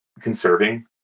conserving